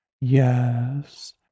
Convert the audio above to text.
Yes